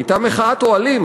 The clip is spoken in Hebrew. הייתה מחאת אוהלים,